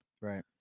Right